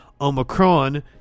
Omicron